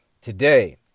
today